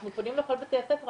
אנחנו פונים לכל בתי הספר,